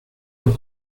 los